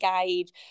engage